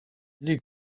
les